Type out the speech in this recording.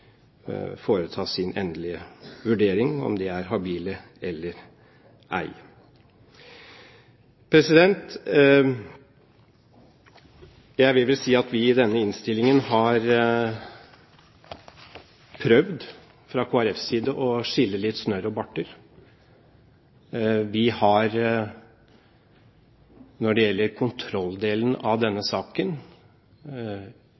foreta sin endelige vurdering av om de er habile eller ei. Jeg vil vel si at vi i denne innstillingen fra Kristelig Folkepartis side har prøvd å skille litt snørr og bart. Vi har når det gjelder kontrolldelen av denne